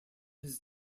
his